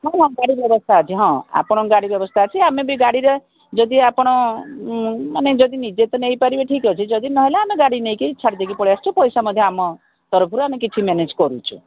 ହଁ ହଁ ଗାଡ଼ି ବ୍ୟବସ୍ଥା ଅଛି ହଁ ଆପଣଙ୍କ ଗାଡ଼ି ବ୍ୟବସ୍ଥା ଅଛି ଆମେ ବି ଗାଡ଼ିରେ ଯଦି ଆପଣ ମାନେ ଯଦି ନିଜେ ତ ନେଇପାରିବେ ଠିକ୍ ଅଛି ଯଦି ନହେଲା ଆମେ ଗାଡ଼ି ନେଇକି ଛାଡ଼ି ଦେଇକି ପଳାଇ ଆସୁଛୁ ପଇସା ମଧ୍ୟ ଆମ ତରଫରୁ ଆମେ କିଛି ମ୍ୟାନେଜ୍ କରୁଛୁ